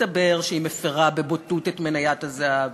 מסתבר שהיא מפֵרה בבוטות את מניית הזהב,